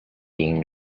being